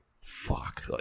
fuck